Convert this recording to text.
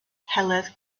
heledd